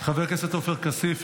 חבר הכנסת עופר כסיף,